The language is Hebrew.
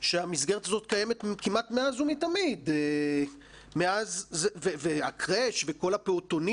שהמסגרת הזאת קיימת כמעט מאז ומתמיד וכל הפעוטונים